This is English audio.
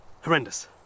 Horrendous